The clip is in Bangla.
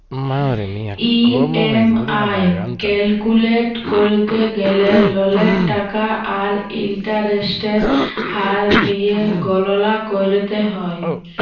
ই.এম.আই ক্যালকুলেট ক্যরতে গ্যালে ললের টাকা আর ইলটারেস্টের হার দিঁয়ে গললা ক্যরতে হ্যয়